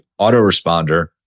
autoresponder